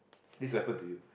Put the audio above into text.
this will happen to you